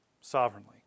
sovereignly